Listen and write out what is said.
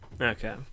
Okay